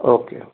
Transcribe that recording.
okay